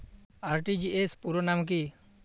RTGS পুরো নাম কি?